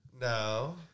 No